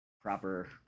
proper